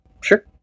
Sure